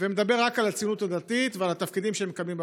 ומדבר רק על הציוניות הדתית ועל התפקידים שהם מקבלים בממשלה.